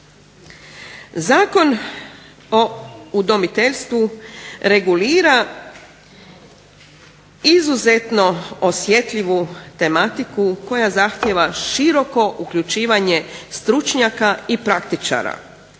Zakon o udomiteljstvu regulira izuzetno osjetljivu tematiku koja zahtijeva široko uključivanje stručnjaka i praktičara